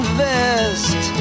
vest